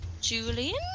Julian